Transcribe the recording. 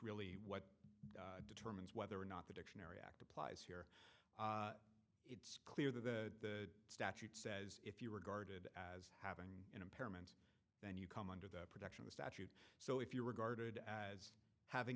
really what determines whether or not the dictionary act applies here it's clear that the statute says if you were guarded as having an impairment then you come under the protection the statute so if you regarded as having